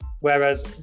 whereas